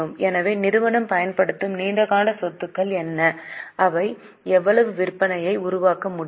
எனவே நிறுவனம் பயன்படுத்தும் நீண்டகால சொத்துக்கள் என்ன அவை எவ்வளவு விற்பனையை உருவாக்க முடியும்